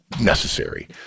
necessary